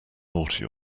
naughty